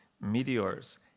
meteors